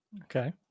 Okay